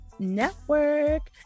network